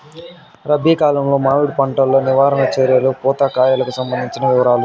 రబి కాలంలో మామిడి పంట లో నివారణ చర్యలు పూత కాయలకు సంబంధించిన వివరాలు?